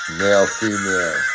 male-female